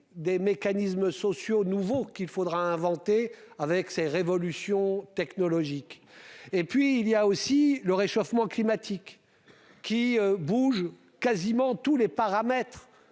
des mécanismes sociaux nouveaux qu'il faudra inventer avec ces révolutions technologiques et puis il y a aussi le réchauffement climatique qui bouge quasiment tous les paramètres